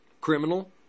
Criminal